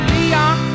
Leon